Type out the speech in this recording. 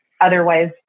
Otherwise